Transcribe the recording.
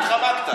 התחמקת.